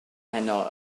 heno